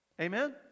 Amen